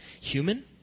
human